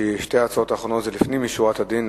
שתי ההצעות האחרונות הן לפנים משורת הדין,